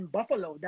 Buffalo